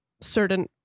certain